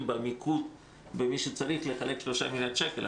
במיקוד במי שצריך לחלק 3 מיליארד שקל.